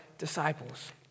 disciples